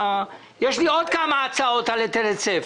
יש לי עוד כמה הצעות על היטל היצף.